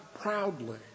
proudly